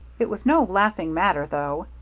it was no laughing matter, though,